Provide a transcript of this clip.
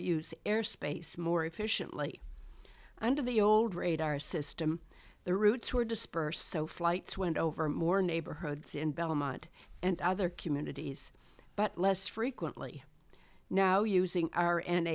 used airspace more efficiently under the old told radar system the routes were dispersed so flights went over more neighborhoods in belmont and other communities but less frequently now using